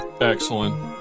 Excellent